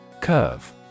Curve